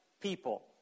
people